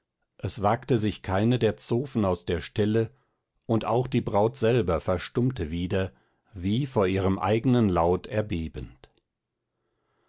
es wagte sich keine der zofen aus der stelle und auch die braut selber verstummte wieder wie vor ihrem eignen laut erbebend